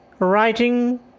Writing